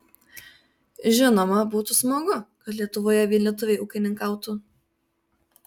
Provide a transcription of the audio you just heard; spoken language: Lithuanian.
žinoma būtų smagu kad lietuvoje vien lietuviai ūkininkautų